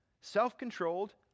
self-controlled